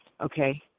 okay